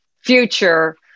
future